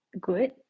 Good